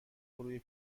روی